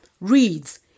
reads